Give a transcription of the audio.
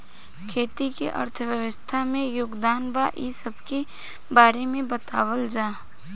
खेती के अर्थव्यवस्था में योगदान बा इ सबके बारे में बतावल जाला